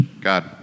God